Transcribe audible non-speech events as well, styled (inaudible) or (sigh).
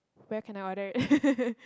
where can I order it (laughs)